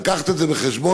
להביא את זה בחשבון,